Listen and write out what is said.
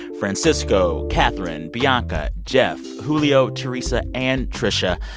francisco, catherine, bianca, jeff, julio, theresa and tricia.